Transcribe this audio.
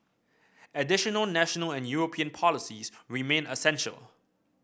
additional national and European policies remain essential